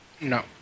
No